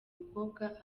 mukobwa